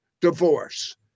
divorce